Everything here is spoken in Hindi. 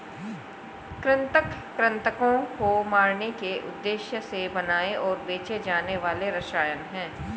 कृंतक कृन्तकों को मारने के उद्देश्य से बनाए और बेचे जाने वाले रसायन हैं